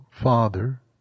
father